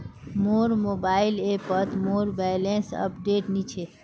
मोर मोबाइल ऐपोत मोर बैलेंस अपडेट नि छे